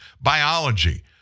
biology